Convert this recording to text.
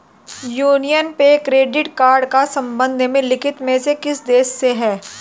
Union Pay debit card का संबंध निम्नलिखित में से किस देश से है?